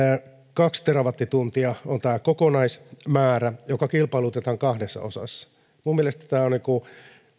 kaksi terawattituntia on tämä kokonaismäärä joka kilpailutetaan kahdessa osassa minun mielestäni